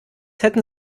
hätten